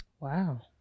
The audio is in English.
wow